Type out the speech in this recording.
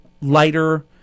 lighter